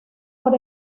por